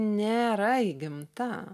nėra įgimta